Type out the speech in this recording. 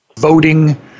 voting